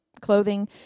Clothing